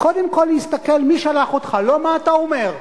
קודם כול להסתכל מי שלח אותך, לא מה אתה אומר.